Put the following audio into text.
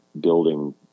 building